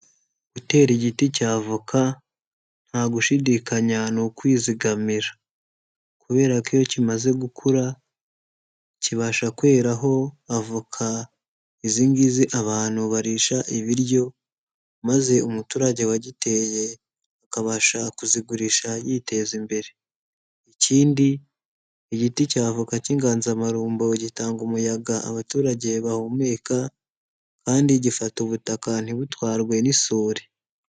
Gutera igiti cya avoka, nta gushidikanya ni ukwizigamira kubera ko iyo kimaze gukura, kibasha kweraho avoka izi ngizi abantu barisha ibiryo, maze umuturage wagiteye akabasha kuzigurisha yiteza imbere. Ikindi igiti cya avoka cy'inganzamarumbo gitanga umuyaga abaturage bahumeka kandi gifata ubutaka ntibutwarwe n'isuri.